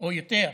או יותר,